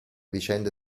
vicende